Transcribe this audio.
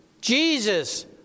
Jesus